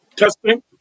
Testing